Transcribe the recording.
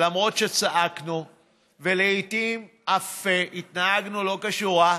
שלמרות שצעקנו ולעיתים אף התנהגנו לא כשורה,